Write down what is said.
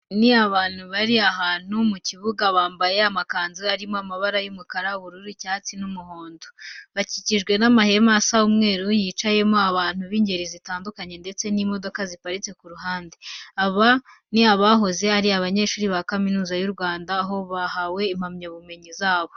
Ni abantu bari ahantu mu kibuga, bambaye amakanzu arimo amabara y'umukara, ubururu, icyatsi n'umuhondo. Bakikijwe n'amahema asa umweru yicayemo abantu b'ingeri zitandukanye ndetse n'imodoka ziparitse ku ruhande. Aba ni abahoze ari abanyeshuri ba Kaminuza y'u Rwanda, aho bahawe impamyabumenyi zabo.